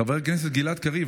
חבר הכנסת גלעד קריב,